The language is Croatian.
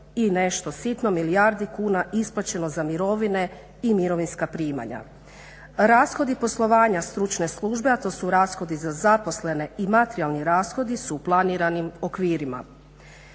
i nešto sitno milijardi kuna isplaćeno za mirovine i mirovinska primanja. Rashodi poslovanja stručne službe, a to su rashodi za zaposlene i materijalni rashodi su u planiranim okvirima.